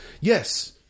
yes